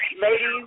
ladies